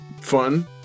Fun